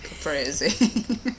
crazy